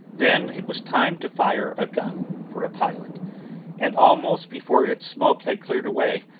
then, it was time to fire a gun, for a pilot and almost before its smoke had cleared away,